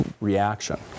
reaction